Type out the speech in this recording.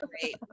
great